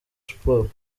sports